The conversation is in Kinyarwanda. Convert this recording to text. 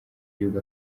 igihugu